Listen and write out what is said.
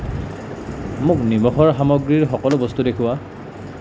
মোক নিমখৰ সামগ্ৰীৰ সকলো বস্তু দেখুওৱা